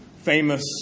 famous